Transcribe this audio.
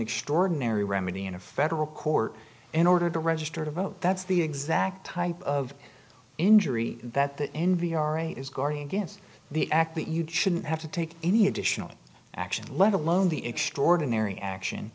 extraordinary remedy in a federal court in order to register to vote that's the exact type of injury that the n v aright is guarding against the act that you shouldn't have to take any additional action let alone the extraordinary action